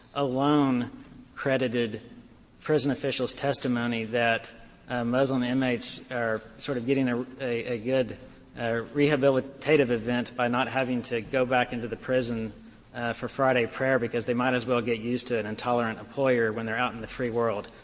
o'lone credited prison officials' testimony that muslim inmates are sort of getting ah a good rehabilitative event by not having to go back into the prison for friday prayer because they might as well get used to an intolerant employer when they're out in the free world.